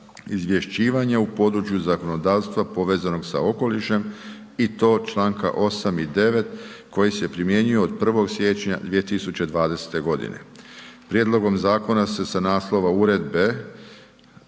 izvješćivanja u području zakonodavstva povezanog sa okolišem i to čl. 8. i 9. koji se primjenjuje od 1. siječnja 2020.g. Prijedlogom zakona se sa naslova uredbe